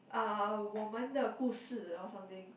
uh 我们的故事：wo men de gu shi or something